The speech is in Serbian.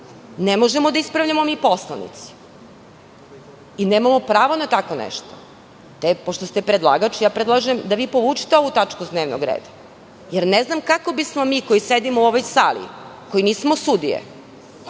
ne možemo da ispravljamo mi poslanici i nemamo pravo na tako nešto. Pošto ste predlagač, predlažem da vi povučete ovu tačku s dnevnog reda, jer ne znam kako bismo mi koji sedimo u ovoj sali, koji nismo sudije,